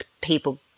people